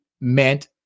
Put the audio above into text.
meant